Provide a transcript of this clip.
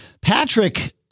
Patrick